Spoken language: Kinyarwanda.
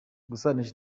gusanisha